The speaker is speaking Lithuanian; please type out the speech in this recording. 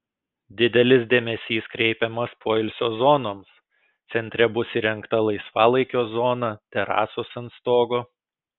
didelis dėmesys kreipiamas poilsio zonoms centre bus įrengta laisvalaikio zona terasos ant stogo